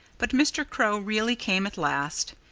but mr. crow really came at last.